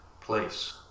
place